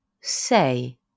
sei